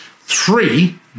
three